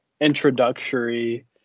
introductory